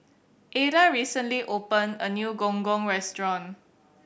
Ada recently open a new Gong Gong restaurant